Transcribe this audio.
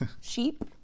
sheep